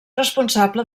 responsable